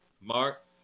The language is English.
Mark